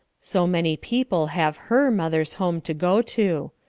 so many people have her mother's home to go to.